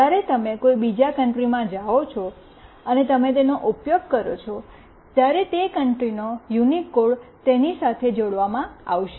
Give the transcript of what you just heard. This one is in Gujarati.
જ્યારે તમે કોઈ બીજા કન્ટ્રીમાં જાઓ છો અને તમે તેનો ઉપયોગ કરો છો ત્યારે તે કન્ટ્રીનો યુનિક કોડ તેની સાથે જોડવામાં આવશે